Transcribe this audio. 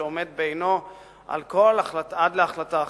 והוא עומד בעינו עד להחלטה אחרת.